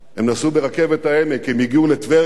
הם נסעו ברכבת העמק, הם הגיעו לצמח.